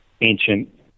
ancient